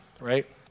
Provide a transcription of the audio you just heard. right